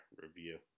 review